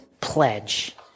pledge